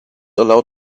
allowed